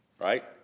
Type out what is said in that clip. right